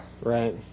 Right